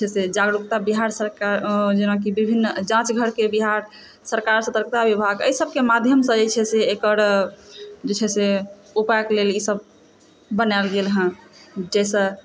जैसे जागरूकता बिहार सरकार जेनाकि विभिन्न जाँच घरके बिहार सतर्कता विभाग एहि सभके माध्यमसँ जे छै से एकर जे छै से उपायके लेल ईसभ बनायल गेल हँ जाहिसँ